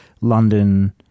London